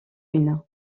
une